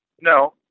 No